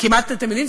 אתם יודעים,